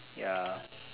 ya